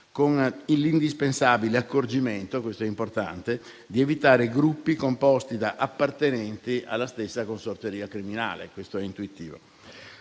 con l'indispensabile accorgimento - questo è importante - di evitare i gruppi composti da appartenenti alla stessa consorteria criminale. E questo è intuitivo.